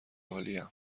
عالیم